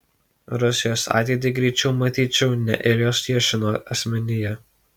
rusijos ateitį greičiau matyčiau ne iljos jašino asmenyje